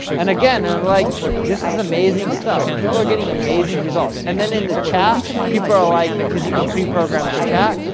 and again, i'm and like, this is amazing stuff. people are getting amazing results. and then, in the chat people are like, cause you can preprogram the chat,